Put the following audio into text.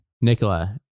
Nicola